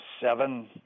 seven